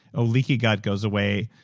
a leaky gut goes away.